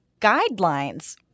guidelines